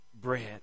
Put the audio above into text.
bread